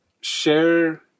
share